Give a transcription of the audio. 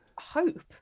hope